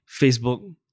Facebook